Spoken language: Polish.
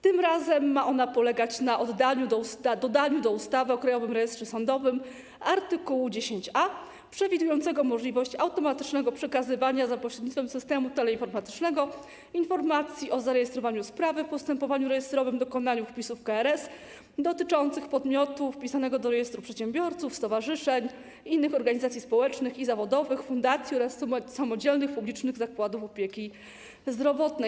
Tym razem ma ona polegać na dodaniu do ustawy o Krajowym Rejestrze Sądowym art. 10a przewidującego możliwość automatycznego przekazywania za pośrednictwem systemu teleinformatycznego informacji o zarejestrowaniu sprawy w postępowaniu rejestrowym, dokonaniu wpisu w KRS, dotyczących podmiotu wpisanego do rejestru przedsiębiorców, stowarzyszeń, innych organizacji społecznych i zawodowych, fundacji oraz samodzielnych publicznych zakładów opieki zdrowotnej.